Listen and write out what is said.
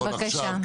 בבקשה.